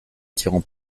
tirant